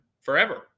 forever